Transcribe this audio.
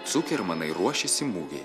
cukermanai ruošėsi mugei